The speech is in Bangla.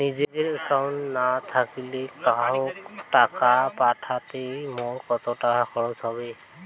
নিজের একাউন্ট না থাকিলে কাহকো টাকা পাঠাইতে মোর কতো খরচা হবে?